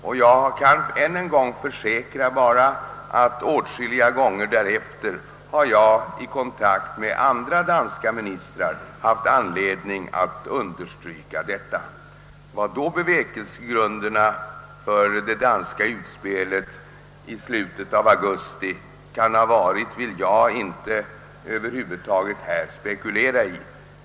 Jag kan bara ännu en gång försäkra att jag åtskilliga gånger därefter då jag har varit i kontakt med andra danska ministrar haft anledning att understryka detta. Vilka då bevekelsegrunderna för det danska utspelet i slutet av augusti kan ha varit vill jag här över huvud taget inte spekulera i.